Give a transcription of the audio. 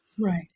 Right